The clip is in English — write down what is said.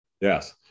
Yes